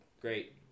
Great